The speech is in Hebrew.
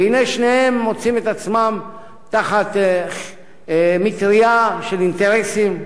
והנה שניהם מוצאים את עצמם תחת מטרייה של אינטרסים.